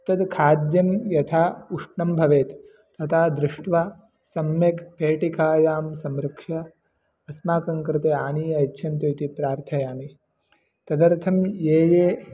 तत् खाद्यं यथा उष्णं भवेत् तथा दृष्ट्वा सम्यक् पेटिकायां संरक्ष्य अस्माकं कृते आनीय यच्छन्तु इति प्रार्थयामि तदर्थं ये ये